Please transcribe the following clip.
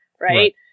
right